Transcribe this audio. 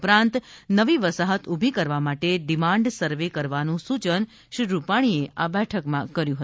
ઉપરાંત નવી વસાહત ઊભી કરવામાટે ડિ માન્ડ સર્વે કરવાનું સૂચન શ્રી રૂપાણીએ આ બેઠકમાં કર્યું હતું